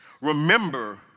Remember